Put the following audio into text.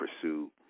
pursue